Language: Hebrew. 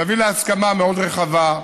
להביא להסכמה מאוד רחבה,